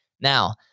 Now